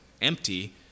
empty